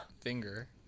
finger